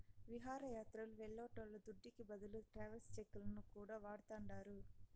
విహారయాత్రలు వెళ్లేటోళ్ల దుడ్డుకి బదులు ట్రావెలర్స్ చెక్కులను కూడా వాడతాండారు